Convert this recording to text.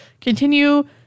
continue